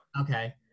Okay